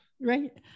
Right